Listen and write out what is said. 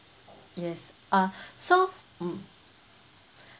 yes uh so mm